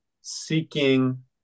seeking